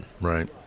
Right